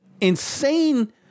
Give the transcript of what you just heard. insane